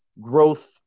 growth